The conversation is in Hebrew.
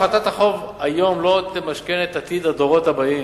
הפחתת החוב היום לא תמשכן את עתיד הדורות הבאים.